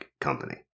company